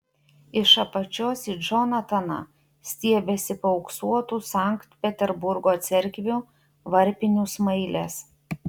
iš apačios į džonataną stiebiasi paauksuotų sankt peterburgo cerkvių varpinių smailės